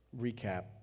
recap